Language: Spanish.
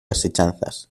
asechanzas